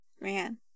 Man